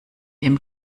dem